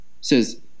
says